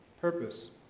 purpose